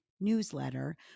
newsletter